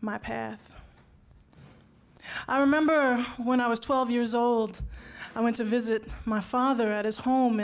my path i remember when i was twelve years old i went to visit my father at his home